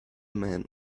man